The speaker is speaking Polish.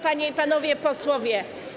Panie i Panowie Posłowie!